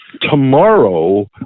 Tomorrow